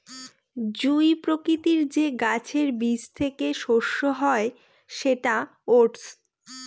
জুঁই প্রকৃতির যে গাছের বীজ থেকে শস্য হয় সেটা ওটস